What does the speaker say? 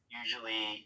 usually